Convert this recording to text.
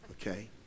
okay